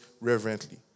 reverently